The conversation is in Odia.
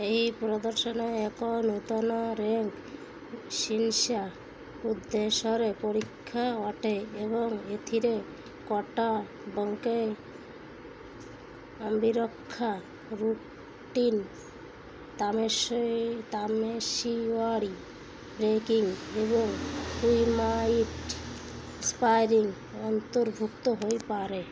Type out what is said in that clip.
ଏହି ପ୍ରଦର୍ଶନ ଏକ ନୂତନ ରେଙ୍କ୍ ଶିନ୍ସା ଉଦ୍ଦେଶ୍ୟରେ ପରୀକ୍ଷା ଅଟେ ଏବଂ ଏଥିରେ କଟା ବଙ୍କେ ଆମ୍ବିରକ୍ଷା ରୁଟିନ୍ ତାମେଶିୱାରୀ ବ୍ରେକିଙ୍ଗ୍ ଏବଂ କ୍ୟୁମାଇଟ୍ ସ୍ପାରିଙ୍ଗ୍ ଅନ୍ତର୍ଭୁକ୍ତ ହୋଇପାରେ